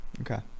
Okay